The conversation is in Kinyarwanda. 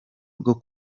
bwo